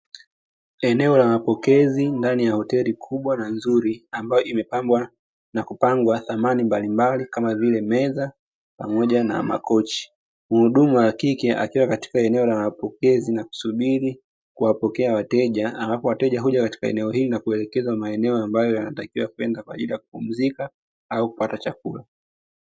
Eneo la mapokezi ndani ya hoteli kubwa na nzuri ambayo imepambwa na kupangwa samani mbalimbali kama vile meza pamoja na makochi. Muhudumu wa kike akiwa katika eneo la mapokezi na kusubiri kuwapokea kuwateja. Halafu wateja huja katika eneo hili na kuelekezwa maeneo ambayo yanatakiwa kwenda kwa ajili ya kupunzika au kupata chakula.